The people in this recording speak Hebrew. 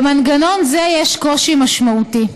במנגנון זה יש קושי משמעותי.